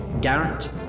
Garrett